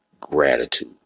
gratitude